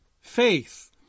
faith